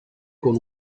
con